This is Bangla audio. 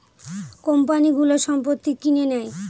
কোম্পানিগুলো সম্পত্তি কিনে নেয়